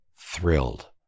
Thrilled